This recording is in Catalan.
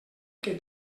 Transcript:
que